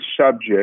subject